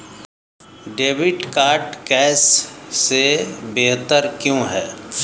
Debit card cash से बेहतर क्यों है?